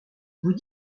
vous